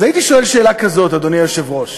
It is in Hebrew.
אז הייתי שואל שאלה כזאת, אדוני היושב-ראש: